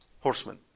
horsemen